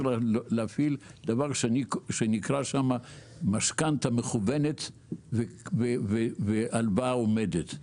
להפעיל דבר שנקרא משכנתא מכוונת והלוואה עומדת.